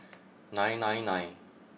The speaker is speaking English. nine nine nine